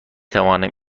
توانم